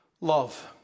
love